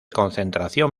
concentración